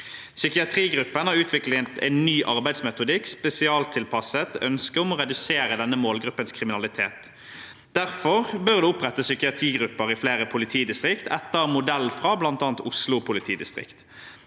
Psykiatrigruppen har utviklet en ny arbeidsmetodikk spesialtilpasset ønsket om å redusere denne målgruppens kriminalitet. Derfor bør det opprettes psykiatrigrupper i flere politidistrikt etter modell fra bl.a. Oslo politidistrikt.